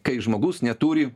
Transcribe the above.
kai žmogus neturi